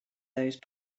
those